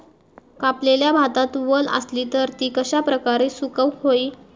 कापलेल्या भातात वल आसली तर ती कश्या प्रकारे सुकौक होई?